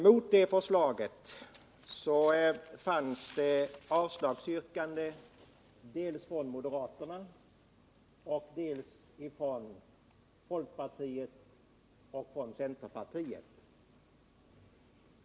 Här förelåg avslagsyrkande dels från moderata samlingspartiet, dels från folkpartiet och centerpartiet.